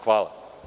Hvala.